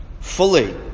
Fully